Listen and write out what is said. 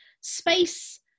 space